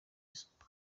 isuku